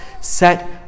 Set